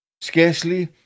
Scarcely